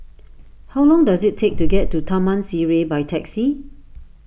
how long does it take to get to Taman Sireh by taxi